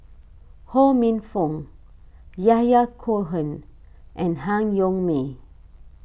Ho Minfong Yahya Cohen and Han Yong May